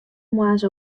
moarns